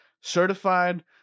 Certified